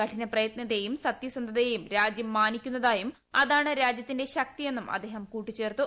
കഠിന പ്രയത്നത്തേയും സത്യസന്ധതയേയും രാജ്യം മാനിക്കുന്നതായും അതാണ് രാജ്യത്തിന്റെ ശക്തിയെന്നും അദ്ദേഹം കൂട്ടിച്ചേർത്തു